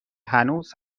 هنوز